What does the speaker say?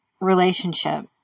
relationship